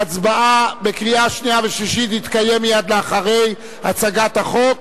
ההצבעה בקריאה שנייה ושלישית תתקיים מייד אחרי הצגת החוק,